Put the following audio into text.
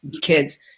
kids